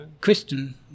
Christian